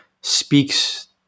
speaks